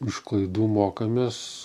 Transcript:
iš klaidų mokomės